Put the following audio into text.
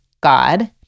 god